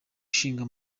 nshinga